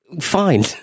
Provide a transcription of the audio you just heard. fine